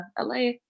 LA